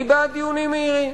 אני בעד דיונים מהירים.